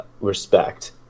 respect